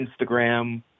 Instagram